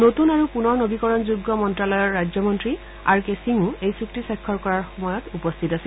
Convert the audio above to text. নতন আৰু পূনৰ নবীকৰণযোগ্য মন্তালয়ৰ ৰাজ্যমন্ত্ৰী আৰকে সিঙো এই চুক্তি স্বাক্ষৰ কৰাৰ সময়ত উপস্থিত আছিল